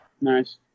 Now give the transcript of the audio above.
Nice